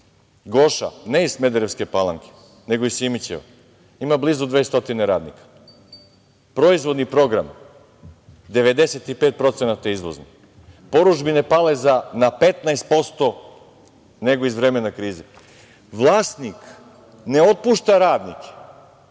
Goša, ne iz Smederevske Palanke, nego iz Simićeve, ima blizu 200 radnika. Proizvodni program – 95% izvozni, porudžbine pale na 15% nego iz vremena krize. Vlasnik ne otpušta radnike,